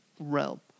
realm